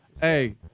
Hey